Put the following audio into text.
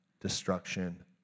destruction